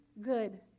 good